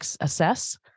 assess